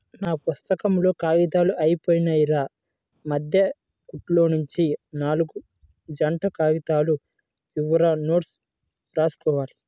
నా పుత్తకంలో కాగితాలు అయ్యిపొయ్యాయిరా, మద్దె కుట్టులోనుంచి నాల్గు జంట కాగితాలు ఇవ్వురా నోట్సు రాసుకోవాలి